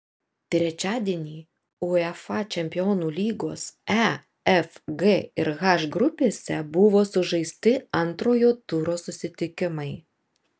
trečiadienį uefa čempionų lygos e f g ir h grupėse buvo sužaisti antrojo turo susitikimai